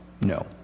No